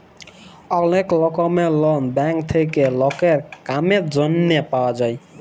ওলেক রকমের loan bank থেক্যে লকের কামের জনহে পাওয়া যায়